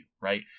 right